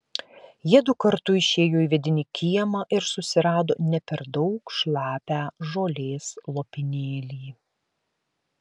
jiedu kartu išėjo į vidinį kiemą ir susirado ne per daug šlapią žolės lopinėlį